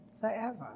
forever